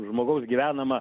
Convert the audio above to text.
žmogaus gyvenama